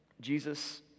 Jesus